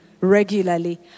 regularly